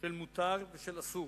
של מותר ואסור.